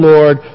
Lord